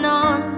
on